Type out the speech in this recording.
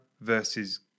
versus